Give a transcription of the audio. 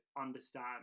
understand